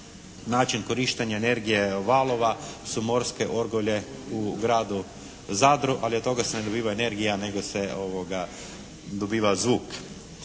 način korištenja energije valova su morske orgulje u gradu Zadru, ali od toga se ne dobiva energija, nego se dobiva zvuk.